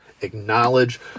Acknowledge